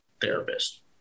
therapist